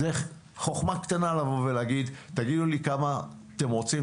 זו חכמה קטנה לבוא ולהגיד: תגידו לי כמה אתם רוצים,